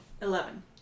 Eleven